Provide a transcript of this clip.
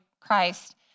Christ